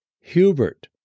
Hubert